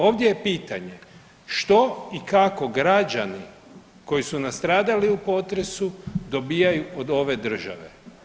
Ovdje je pitanje što i kako građani koji su nastradali u potresu dobijaju od ove države.